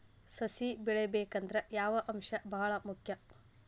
ಸಸಿ ಬೆಳಿಬೇಕಂದ್ರ ಯಾವ ಅಂಶ ಭಾಳ ಮುಖ್ಯ?